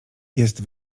jest